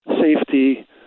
safety